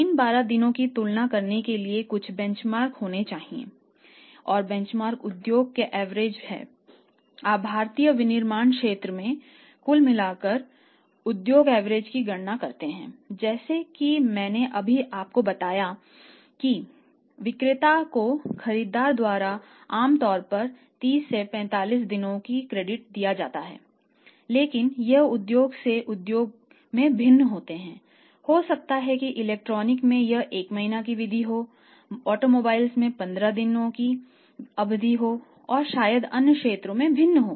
इन 12 दिनों की तुलना करने के लिए कुछ बेंचमार्क में 15 दिनों की अवधि या शायद अन्य क्षेत्रों में भिन्न हो